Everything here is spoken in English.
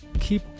keep